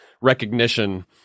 recognition